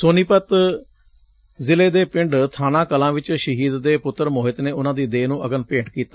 ਸੋਨੀਪਤ ਜ਼ਿਲ੍ਹੇ ਦੇ ਪਿੰਡ ਬਾਨਾ ਕਲਾਂ ਵਿਚ ਸ਼ਹੀਦ ਦੇ ਪੁੱਤਰ ਮੋਹਿਤ ਨੇ ਉਨੂਾਂ ਦੀ ਦੇਹ ਨੂੰ ਅਗਨ ਭੇਂਟ ਕੀਤਾ